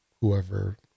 whoever